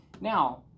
Now